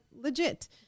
legit